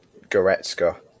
Goretzka